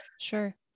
Sure